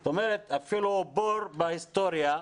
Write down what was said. זאת אומרת, אפילו בור בהיסטוריה,